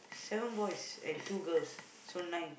seven boys and two girls so nine